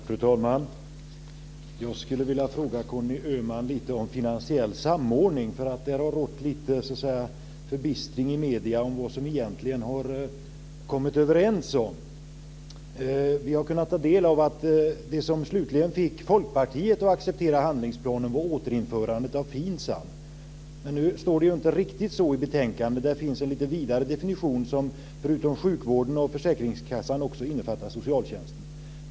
Fru talman! Jag skulle vilja fråga Conny Öhman lite om finansiell samordning. Det har rått lite förbistning i medierna om vad man egentligen har kommit överens om. Jag har fått ta del av att det som slutligen fick Folkpartiet att acceptera handlingsplanen var återinförandet av FINSAM. Det står inte riktigt så i betänkandet. Där finns en lite vidare definition som förutom sjukvården och försäkringskassan också innefattar socialtjänsten.